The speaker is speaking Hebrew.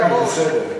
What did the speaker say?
הבנתי, בסדר.